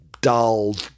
dull